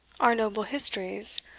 our noble histories,